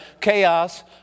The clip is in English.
chaos